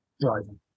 driving